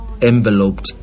enveloped